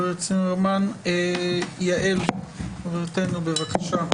יעל חברתנו, בבקשה.